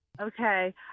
Okay